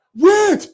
Wait